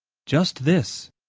just this.